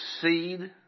seed